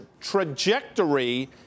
trajectory